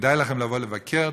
כדאי לכם לבוא לבקר.